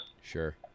Sure